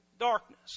Darkness